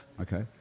Okay